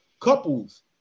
Couples